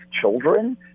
children